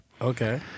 okay